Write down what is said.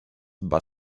but